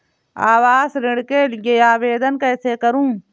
आवास ऋण के लिए आवेदन कैसे करुँ?